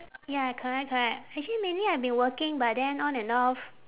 ya correct correct actually mainly I've been working but then on and off